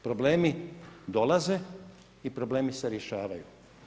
Problemi dolaze i problemi se rješavaju.